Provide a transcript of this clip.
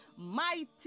mighty